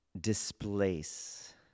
displace